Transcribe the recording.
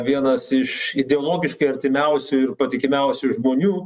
vienas iš ideologiškai artimiausių ir patikimiausių žmonių